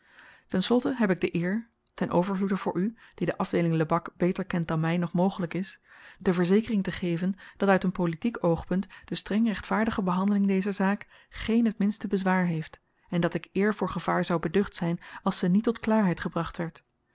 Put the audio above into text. ten slotte heb ik de eer ten overvloede voor u die de afdeeling lebak beter kent dan my nog mogelyk is de verzekering te geven dat uit een politiek oogpunt de streng rechtvaardige behandeling dezer zaak geen het minste bezwaar heeft en dat ik eer voor gevaar zou beducht zyn als ze niet tot klaarheid gebracht werd